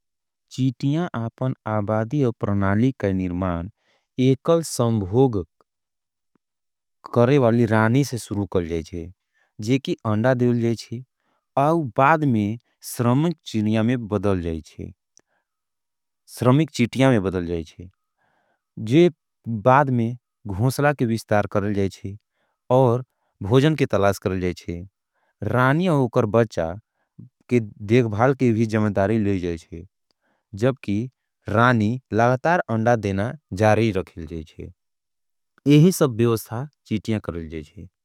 चीतिया आपन आबादी और प्रणाली का निर्मान एकल संभोग करे वाली राणी से सुरू कल जाएच्छे। जे की अंड़ा देल जाएच्छे और बादमे स्रमिक चीतिया में बदल जाएच्छे। जे बादमे घोंसला के विस्तार करे जाएच्छे और भोजन के तलास करे जाएच्छे। राणी और उकर बच्चा के देखभाल के भी जमयदारी ले जाएच्छे। जब की राणी लगतार अंड़ा देना जारी रखे जाएच्छे। ये ही सब बेवस्ता चीटिया करे जाएच्छे।